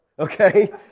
Okay